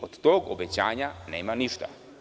Od tog obećanja nema ništa.